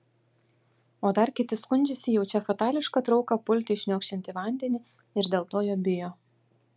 o dar kiti skundžiasi jaučią fatališką trauką pulti į šniokščiantį vandenį ir dėl to jo bijo